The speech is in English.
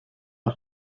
the